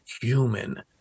human